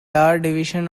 division